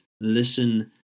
listen